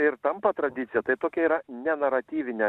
ir tampa tradicija tai tokia yra ne naratyvinė